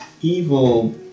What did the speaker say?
Evil